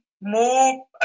more